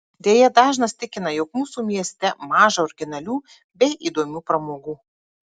deja dažnas tikina jog mūsų mieste maža originalių bei įdomių pramogų